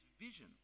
vision